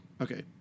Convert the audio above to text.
Okay